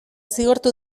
zigortu